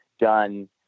done